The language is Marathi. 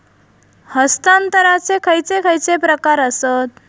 हस्तांतराचे खयचे खयचे प्रकार आसत?